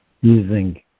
using